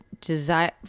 desire